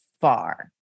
far